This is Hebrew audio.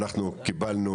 אנחנו קיבלנו,